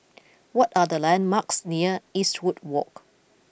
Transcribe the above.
what are the landmarks near Eastwood Walk